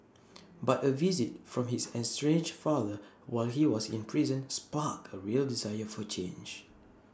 but A visit from his estranged father while he was in prison sparked A real desire for change